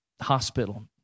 hospital